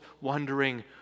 wondering